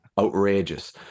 outrageous